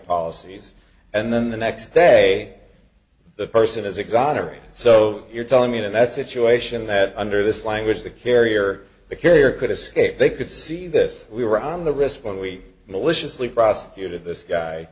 policies and then the next day the person is exonerated so you're telling me that that situation that under this language the carrier because there could escape they could see this we were on the wrist but we maliciously prosecuted this guy